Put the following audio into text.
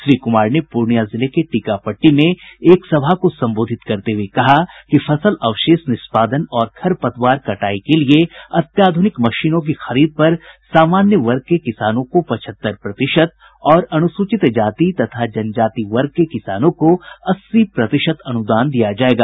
श्री कुमार ने पूर्णिया जिले के टीकापट्टी में एक सभा को संबोधित करते हुये कहा कि फसल अवशेष निष्पादन और खर पतवार कटाई के लिये अत्याधूनिक मशीनों की खरीद पर सामान्य वर्ग के किसानों को पचहत्तर प्रतिशत और अनुसूचित जाति तथा जनजाति वर्ग के किसानों को अस्सी प्रतिशत अनुदान दिया जायेगा